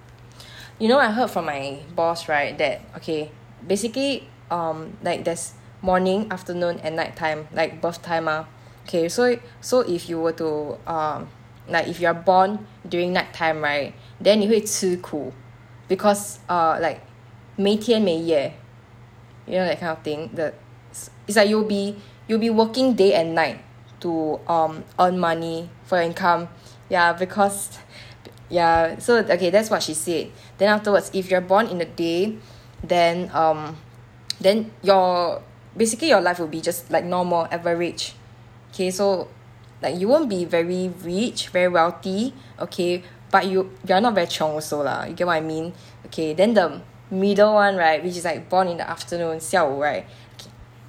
you know I heard from my boss right that okay basically um like there's morning afternoon and night time like birth time ah okay so i~ so if you were to um like if you're born during night time right then 你会吃苦 because ah like 没天没夜 you know that kind of thing the is is like you'll be you'll be working day and night to um earn money for your income ya because ya so okay that's what she said then afterwards if you're born in the day then um then you're basically your life will be just like normal average okay so like you won't be very rich very wealthy okay but you you're not very 穷 also lah you get what I mean okay then the middle [one] right which is like born in the afternoon 下午 right okay